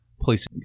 police